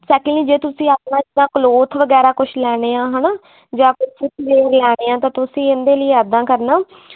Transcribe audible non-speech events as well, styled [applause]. secondly ਜੇ ਤੁਸੀਂ ਆਪਣਾ ਜਿੱਦਾਂ ਕਲੋਥ ਵਗੈਰਾ ਕੁਛ ਲੈਣੇ ਆ ਹੈ ਨਾ ਜਾਂ ਤੁਸੀਂ [unintelligible] ਲੈਣੇ ਆ ਤਾਂ ਤੁਸੀਂ ਇਹਦੇ ਲਈ ਐਦਾ ਕਰਨਾ